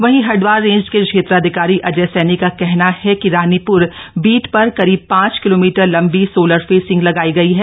वहीं हरिद्वार रेंज के क्षेत्राधिकारी अजय सैनी को कहना है कि रानीपुर बीट पर करीब पांच किलोमीटर लंबी सोलर फॅसिंग लगाई गई है